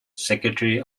secretary